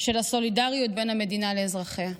של הסולידריות בין המדינה לאזרחיה.